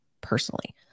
personally